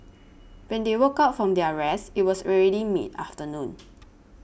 when they woke up from their rest it was already mid afternoon